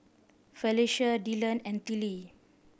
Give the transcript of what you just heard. Felecia Dylan and Tillie